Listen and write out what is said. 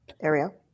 Ariel